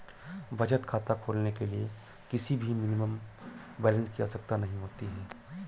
बचत खाता खोलने के लिए किसी भी मिनिमम बैलेंस की आवश्यकता नहीं होती है